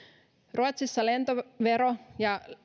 ruotsissa lentovero ja